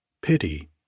pity